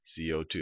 CO2